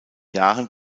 jahren